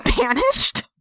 banished